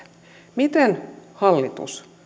miten hallitus